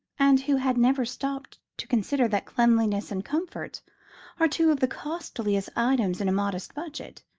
and who had never stopped to consider that cleanliness and comfort are two of the costliest items in a modest budget,